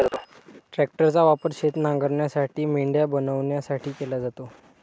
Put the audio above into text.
ट्रॅक्टरचा वापर शेत नांगरण्यासाठी, मेंढ्या बनवण्यासाठी केला जातो